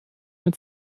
mit